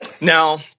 Now